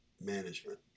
management